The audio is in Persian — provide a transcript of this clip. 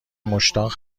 مشتاق